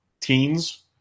teens